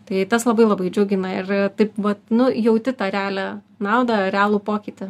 tai tas labai labai džiugina ir taip vat nu jauti tą realią naudą realų pokytį